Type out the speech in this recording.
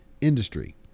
industry